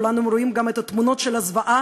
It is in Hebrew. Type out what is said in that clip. כולנו רואים גם את התמונות של הזוועה.